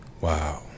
Wow